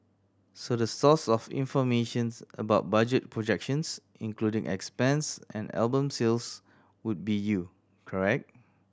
so the source of informations about budget projections including expense and album sales would be you correct